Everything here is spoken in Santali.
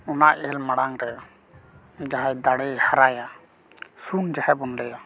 ᱚᱱᱟ ᱮᱞ ᱢᱟᱲᱟᱝ ᱨᱮ ᱡᱟᱦᱟᱸᱭ ᱫᱟᱲᱮᱭ ᱦᱟᱨᱟᱭᱟ ᱥᱩᱱ ᱡᱟᱦᱟᱸᱭ ᱵᱚᱱ ᱞᱟᱹᱭᱟ